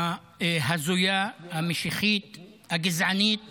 ההזויה, המשיחית, הגזענית